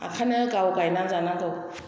बेनिखायनो गाव गायना जानांगौ